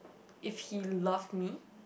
if he love me